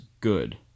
good